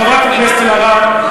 חברת הכנסת אלהרר,